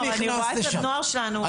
אני רואה את הנוער שלנו.